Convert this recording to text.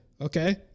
okay